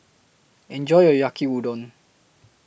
Enjoy your Yaki Udon